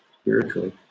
spiritually